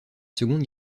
seconde